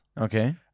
Okay